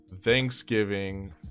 Thanksgiving